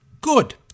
good